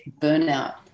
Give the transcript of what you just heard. burnout